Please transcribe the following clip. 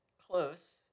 Close